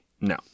No